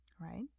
right